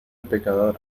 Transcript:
pecador